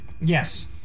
Yes